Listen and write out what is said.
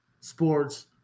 Sports